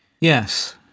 Yes